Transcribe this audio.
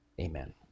Amen